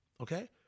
Okay